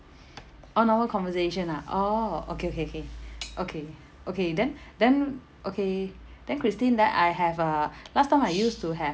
on our conversation ah orh okay okay okay okay okay then then okay then christine then I have uh last time I used to have